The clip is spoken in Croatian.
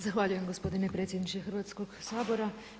Zahvaljujem gospodine predsjedniče Hrvatskoga sabora.